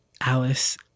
Alice